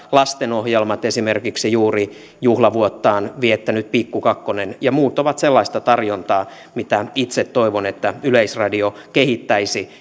lastenohjelmat esimerkiksi juuri juhlavuottaan viettänyt pikku kakkonen ja muut ovat sellaista tarjontaa mitä itse toivon että yleisradio kehittäisi